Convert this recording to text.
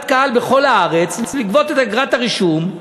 קהל בכל הארץ ולגבות את אגרת הרישום."